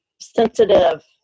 Sensitive